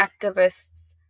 activists